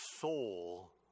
soul